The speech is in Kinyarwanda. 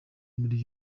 muri